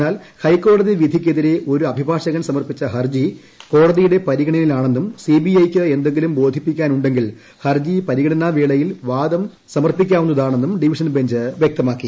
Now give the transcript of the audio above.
എന്നാൽ ഫഹൈക്കോടതി വിധിക്കെതിരെ ഒരു അഭിഭാഷകൻ കോടതിയുടെ പരിഗണനയിലാണെന്നും സിബിഐക്ക് എന്തെങ്കിലും ബോധിപ്പിക്കാനുണ്ടെങ്കിൽ ഹർജിപരിഗണനാ വേളയിൽ വാദ മുഖങ്ങൾ സമർപ്പിക്കാവുന്നതാണെന്നും ഡിവിഷൻ ബഞ്ച് വ്യക്തമാക്കി